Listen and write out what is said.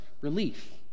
relief